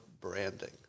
branding